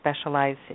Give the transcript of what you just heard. specialize